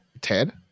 Ted